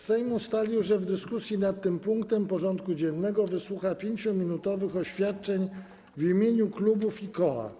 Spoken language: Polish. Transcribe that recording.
Sejm ustalił, że w dyskusji nad tym punktem porządku dziennego wysłucha 5-minutowych oświadczeń w imieniu klubów i koła.